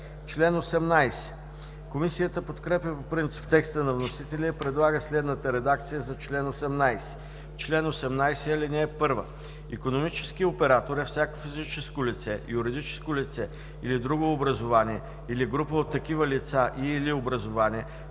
Комисията подкрепя по принцип текста на вносителя и предлага следната редакция на чл. 18: „Чл. 18. (1) Икономически оператор е всяко физическо лице, юридическо лице или друго образувание, или група от такива лица и/или образувания,